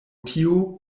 tio